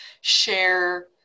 share